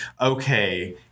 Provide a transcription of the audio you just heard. okay